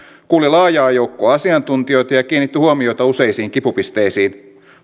kuuli laajaa joukkoa asiantuntijoita ja kiinnitti huomiota useisiin kipupisteisiin